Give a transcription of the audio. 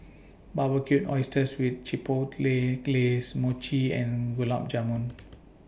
Barbecued Oysters with Chipotle Glaze Mochi and Gulab Jamun